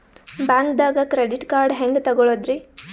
ಬ್ಯಾಂಕ್ದಾಗ credit card ಹೆಂಗ್ ತಗೊಳದ್ರಿ?